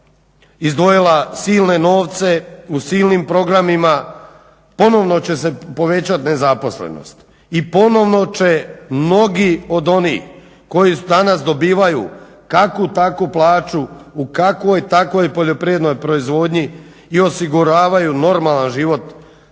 izdvojila silne novce u silnim programima, ponovno će se povećati nezaposlenost i ponovno će mnogo od onih koji danas dobivaju kakvu takvu plaću u kakvoj takvoj poljoprivrednoj proizvodnji i osiguravaju normalan život svojoj